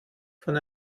von